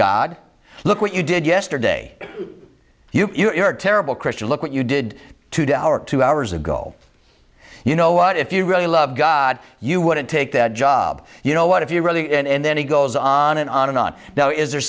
god look what you did yesterday you're a terrible christian look what you did to day hour two hours ago you know what if you really love god you wouldn't take that job you know what if you really and then he goes on and on and on now is there